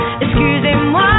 Excusez-moi